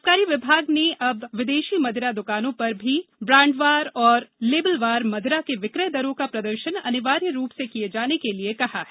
आबकारी विभाग ने अब विदेशी मदिरा द्वकानों पर भी ब्राण्डवार और लेबिलवार मदिरा के विक्रय दरों का प्रदर्शन अनिवार्य रूप से किये जाने के लिए कहा है